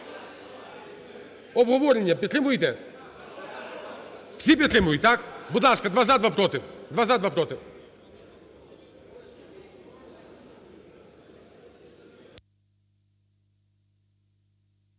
Обговорення підтримуєте? Всі підтримують? Будь ласка, два – за, два – проти.